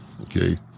okay